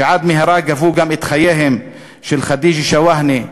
שעד מהרה גבו גם את חייהם של ח'דיג'ה שואהנה,